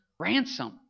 Ransom